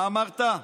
מה אמרת?